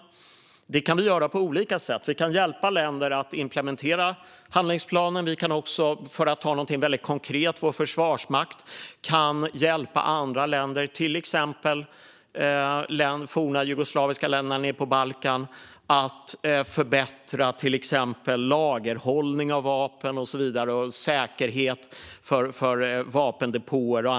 Det kan vi göra på olika sätt. Vi kan hjälpa länder att implementera handlingsplanen. Vi kan också - för att ta någonting väldigt konkret - via vår försvarsmakt hjälpa andra länder, till exempel länderna i det forna Jugoslavien nere på Balkan, att förbättra exempelvis lagerhållning av vapen och säkerhet för vapendepåer.